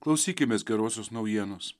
klausykimės gerosios naujienos